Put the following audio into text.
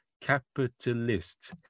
capitalist